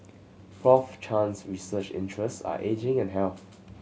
Prof Chan's research interests are ageing and health